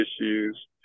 issues